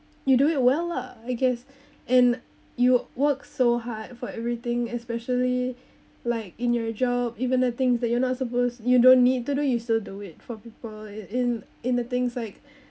you do it well lah I guess and you work so hard for everything especially like in your job even the things that you are not suppose~ you don't need to do you still do it for people in in in the things like